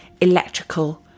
electrical